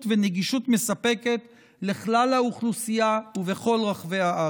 ונגישות מספקת לכלל האוכלוסייה ובכל רחבי הארץ.